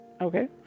Okay